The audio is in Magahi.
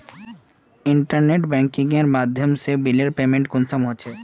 इंटरनेट बैंकिंग के माध्यम से बिलेर पेमेंट कुंसम होचे?